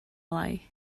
lai